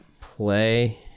play